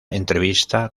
entrevista